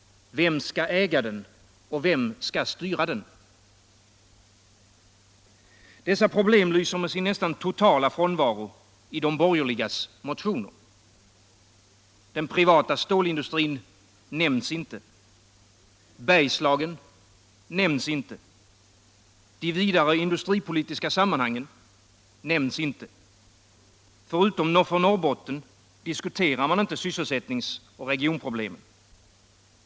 Vem skall äga den och vem skall styra den? Dessa problem lyser med sin nästan totala frånvaro i de borgerligas motioner. Den privata stålindustrin nämns inte. Bergslagen nämns inte. De vidare industripolitiska sammanhangen nämns inte. Förutom för Norrbotten diskuterar man inte sysselsättningsoch regionproblemen.